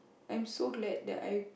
I am so glad that I